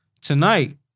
tonight